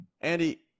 Andy